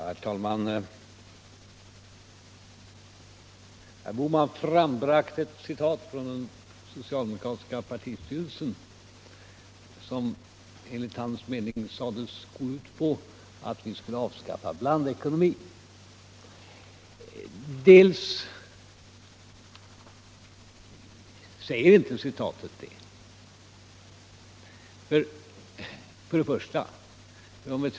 Herr talman! Herr Bohman frambragte ett citat från den socialdemokratiska partistyrelsen vilket enligt hans mening gick ut på att vi skulle avskaffa blandekonomin. Först och främst är det inte vad som sägs i citatet.